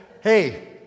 hey